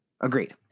Agreed